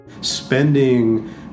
Spending